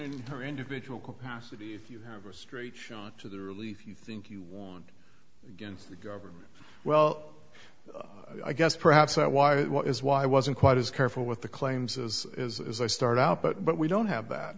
in her individual capacity if you have a straight shot to the relief you think you won against the government well i guess perhaps i wired what is why i wasn't quite as careful with the claims as as i start out but we don't have that